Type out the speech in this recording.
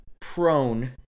prone